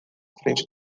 frente